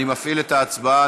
אני מפעיל את ההצבעה.